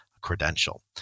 credential